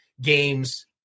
games